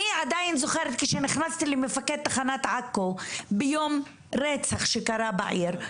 אני עדיין זוכרת שכשנכנסתי למפקד תחנת עכו ביום רצח שקרה בעיר,